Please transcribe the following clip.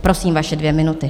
Prosím, vaše dvě minuty.